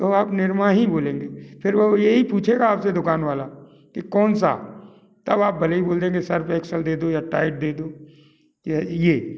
तो आप निरमा ही बोलेंगे फिर वो यही पूछेगा आप से दुकानवाला कि कौन सा तब आप भले ही बोल देंगे सर्फ एक्सेल दे दो या टाइड दे दो यह ये